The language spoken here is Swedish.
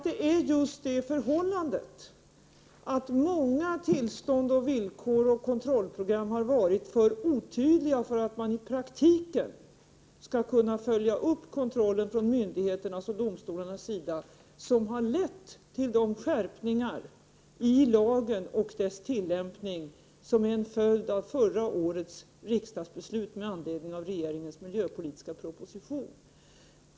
Det är just det förhållandet att många tillstånd, villkor och kontrollprogram har varit för otydliga för att man i praktiken skall kunna följa upp kontrollen från myndigheternas och domstolarnas sida som har lett till de skärpningar i lagen och dess tillämpningar som är följden av förra årets riksdagsbeslut med anledning av regeringens miljöpolitiska proposition.